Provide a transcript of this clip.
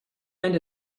and